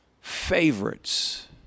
favorites